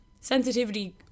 Sensitivity